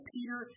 Peter